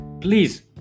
please